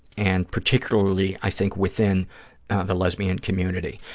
and particularly i think within the lesbian community.